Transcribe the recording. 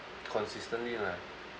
consistently lah